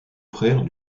frère